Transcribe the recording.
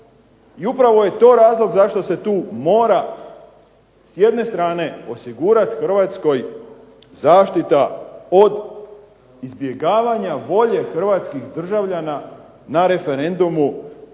I upravo je to razlog zašto se tu mora s jedne strane osigurat Hrvatskoj zaštita od izbjegavanja volje hrvatskih državljana na referendumu